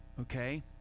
okay